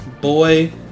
boy